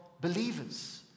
believers